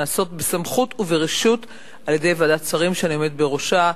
נעשות בסמכות וברשות על-ידי ועדת שרים שאני עומדת בראשה,